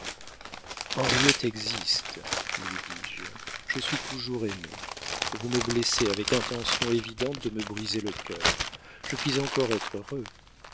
existe lui dis-je je suis toujours aimé vous me blessez avec intention évidente de me briser le cœur je puis encore être heureux